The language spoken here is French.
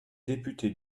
députés